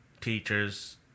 teachers